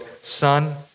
son